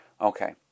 Okay